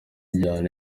ijyana